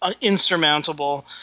insurmountable